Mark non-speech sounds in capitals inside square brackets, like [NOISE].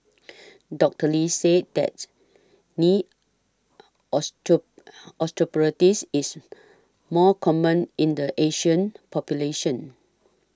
Doctor Lee said that knee [UNINTELLIGIBLE] osteoarthritis is more common in the Asian population